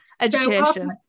education